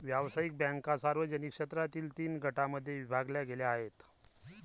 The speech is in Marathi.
व्यावसायिक बँका सार्वजनिक क्षेत्रातील तीन गटांमध्ये विभागल्या गेल्या आहेत